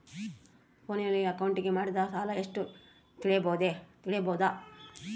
ಫೋನಿನಲ್ಲಿ ಅಕೌಂಟಿಗೆ ಮಾಡಿದ ಸಾಲ ಎಷ್ಟು ತಿಳೇಬೋದ?